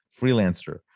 freelancer